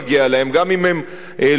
גם אם הם לא ישרתו,